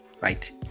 right